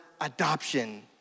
adoption